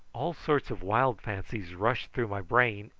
all sorts of wild fancies rushed through my brain,